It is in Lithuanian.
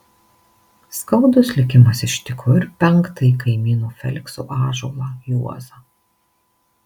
skaudus likimas ištiko ir penktąjį kaimyno felikso ąžuolą juozą